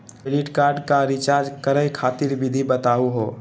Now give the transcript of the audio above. Credit card क recharge करै खातिर विधि बताहु हो?